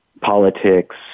politics